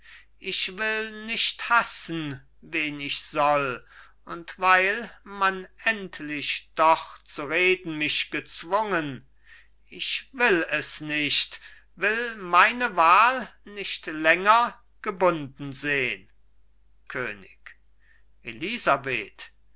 ich will nicht hassen wen ich soll und weil man endlich doch zu reden mich gezwungen ich will es nicht will meine wahl nicht länger gebunden sehn könig elisabeth